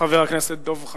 חבר הכנסת דב חנין.